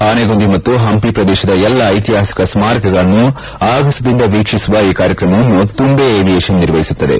ಆನೆಗೊಂದಿ ಮತ್ತು ಹಂಪಿ ಪ್ರದೇಶದ ಎಲ್ಲ ಐತಿಹಾಸಿಕ ಸ್ನಾರಕಗಳನ್ನು ಆಗಸದಿಂದ ವೀಕ್ಷಿಸುವ ಈ ಕಾರ್ಯಕ್ರಮವನ್ನು ತುಂದೆ ಏವಿಯೇಷನ್ ನಿರ್ವಹಿಸುತ್ತಿದೆ